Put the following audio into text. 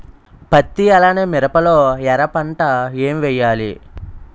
పత్తి అలానే మిరప లో ఎర పంట ఏం వేయాలి?